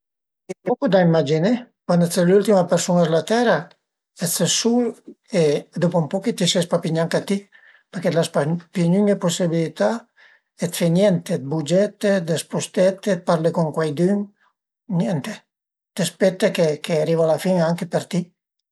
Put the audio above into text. A ie poch da imaginè. Cuand ses l'ültima persun-a s'la tera, ses sul e dopu ün poch i ses pi gnanca ti perché l'as pa pi gnüne pusibilità dë fe niente, dë bugiete, dë spustete, dë parlé cun cuaidün, niente, t'spete che ariva la fin anche për ti